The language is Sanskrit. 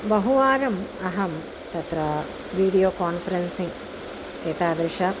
बहुवारम् अहं तत्र वीडियो कान्फ़ेरेन्सिङ्ग् एतादृशम्